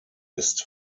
ist